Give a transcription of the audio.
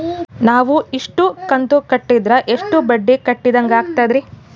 ನಾವು ಇಷ್ಟು ಕಂತು ಕಟ್ಟೀದ್ರ ಎಷ್ಟು ಬಡ್ಡೀ ಕಟ್ಟಿದಂಗಾಗ್ತದ್ರೀ?